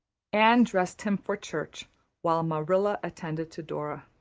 anne dressed him for church while marilla attended to dora.